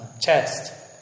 chest